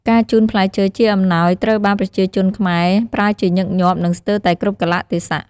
ការជូនផ្លែឈើជាអំណោយត្រូវបានប្រជាជនខ្មែរ ប្រើជាញឹកញាប់ និងស្ទើរតែគ្រប់កាលៈទេសៈ។